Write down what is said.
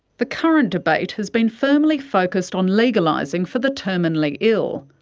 the current debate has been firmly focused on legalising for the terminally ill,